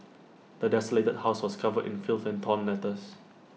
the desolated house was covered in filth and torn letters